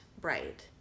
bright